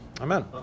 Amen